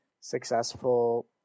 successful